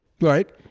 Right